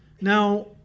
now